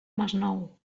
masnou